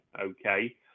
okay